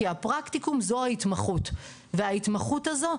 כי הפרקטיקום זו ההתמחות וההתמחות הזו,